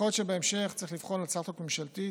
יכול להיות שבהמשך צריך לבחון הצעת חוק ממשלתית,